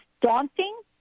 daunting